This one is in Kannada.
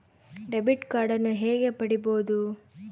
ಡೆಬಿಟ್ ಕಾರ್ಡನ್ನು ಹೇಗೆ ಪಡಿಬೋದು?